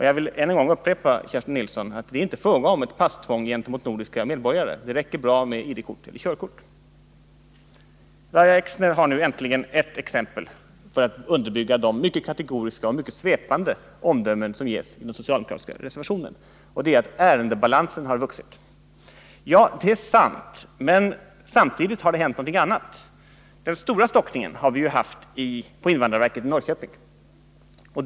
Jag vill än en gång upprepa, Kerstin Nilsson, att det inte är fråga om ett passtvång gentemot nordiska medborgare. För dem räcker det bra med ID-kort eller körkort. Lahja Exner kom nu äntligen med ett exempel för att underbygga de mycket kategoriska och mycket svepande omdömen som görs i den socialdemokratiska reservationen. Hon säger nämligen att ärendebalansen har vuxit. Det är sant, men samtidigt har det hänt något annat. Den stora stockningen har vi haft på invandrarverket i Norrköping.